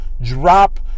drop